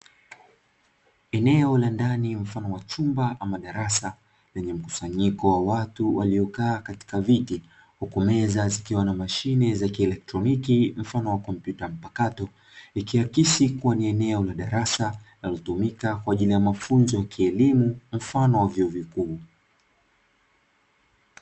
Eneo la ndani mfano wa chumba ama darasa, lenye mkusanyiko wa watu waliokaa katika viti, huku meza zikiwa na mashine za kielektroniki mfano wa kompyuta mpakato, ikiakisi kuwa ni eneo la darasa linolotumika kwa ajili ya mafunzo ya kielimu mfano wa vyuo vikuu.